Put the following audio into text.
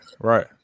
right